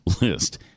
list